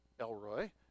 Elroy